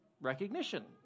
recognition